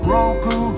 Roku